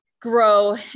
grow